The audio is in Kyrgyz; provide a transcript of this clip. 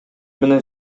менен